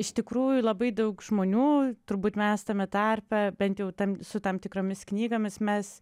iš tikrųjų labai daug žmonių turbūt mes tame tarpe bent jau tam su tam tikromis knygomis mes